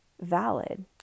valid